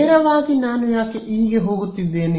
ನೇರವಾಗಿ ನಾನು ಯಾಕೆ ಇ ಗೆ ಹೋಗುವುತ್ತಿದ್ದೇನೆ